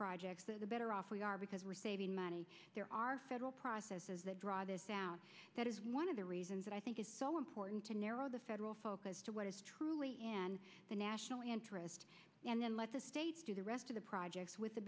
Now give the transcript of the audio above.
projects the better off we are because we are saving money there are federal processes that draw this down that is one of the reasons that i think is so important to narrow the federal focus to what is truly in the national interest and then let the states do the rest of the projects with the